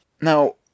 Now